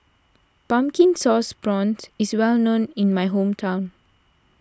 Pumpkin Sauce Prawns is well known in my hometown